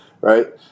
Right